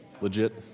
Legit